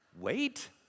wait